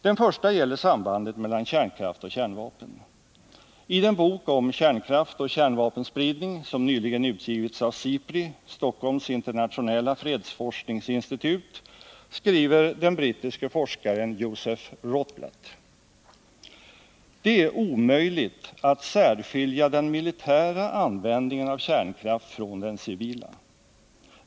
Den första gäller sambandet mellan kärnkraft och kärnvapen. I den bok om Kärnkraft och kärnvapenspridning som nyligen utgivits av SIPRI — Stockholms internationella fredsforskningsinstitut — skriver den brittiske forskaren Joseph Rotblad: ”Det är omöjligt att särskilja den militära användningen av kärnkraft från den civila.